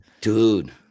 Dude